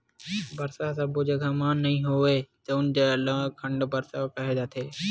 बरसा ह सब्बो जघा म नइ होवय तउन ल खंड बरसा केहे जाथे